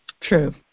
True